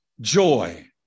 joy